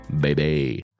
baby